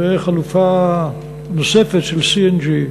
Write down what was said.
וחלופה נוספת של CNG,